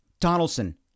Donaldson